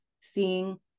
seeing